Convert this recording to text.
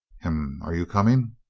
hem! are you coming?